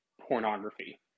pornography